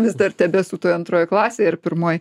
vis dar tebesu toj antroj klasėj ar pirmoji